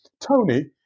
Tony